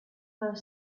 were